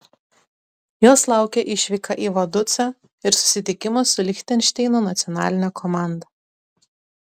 jos laukia išvyka į vaducą ir susitikimas su lichtenšteino nacionaline komanda